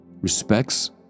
respects